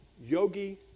Yogi